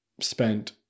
spent